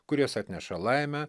kurios atneša laimę